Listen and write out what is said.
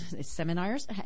seminars